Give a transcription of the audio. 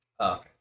okay